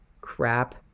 Crap